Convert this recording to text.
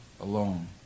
alone